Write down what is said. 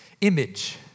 Image